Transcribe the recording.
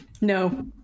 No